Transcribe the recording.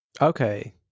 Okay